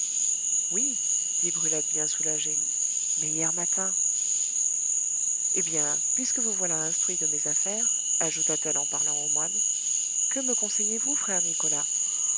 oui dit brulette bien soulagée mais hier matin eh bien puisque vous voilà instruit de mes affaires ajouta-t-elle en parlant au moine que me conseillez-vous frère nicolas